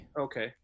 Okay